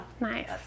Nice